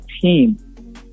team